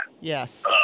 Yes